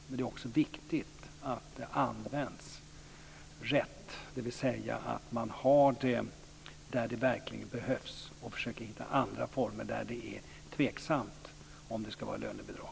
Men det är också viktigt att det används rätt, dvs. att man har det där det verkligen behövs och försöker hitta andra former där det är tveksamt om det ska vara lönebidrag.